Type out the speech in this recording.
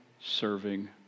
serving